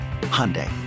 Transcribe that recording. Hyundai